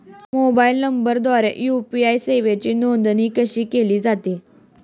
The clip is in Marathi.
मोबाईल नंबरद्वारे यू.पी.आय सेवेची नोंदणी कशी केली जाते?